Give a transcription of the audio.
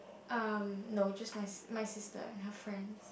um no just my sis~ my sister and her friends